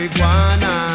Iguana